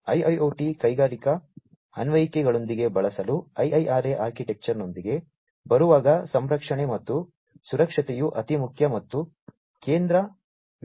IIoT ಕೈಗಾರಿಕಾ ಅನ್ವಯಿಕೆಗಳೊಂದಿಗೆ ಬಳಸಲು IIRA ಆರ್ಕಿಟೆಕ್ಚರ್ನೊಂದಿಗೆ ಬರುವಾಗ ಸಂರಕ್ಷಣೆ ಮತ್ತು ಸುರಕ್ಷತೆಯು ಅತಿಮುಖ್ಯ ಮತ್ತು ಕೇಂದ್ರ ವಿಷಯಾಧಾರಿತ ಪರಿಗಣನೆಗಳಾಗಿವೆ